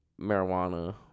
marijuana